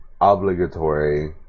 obligatory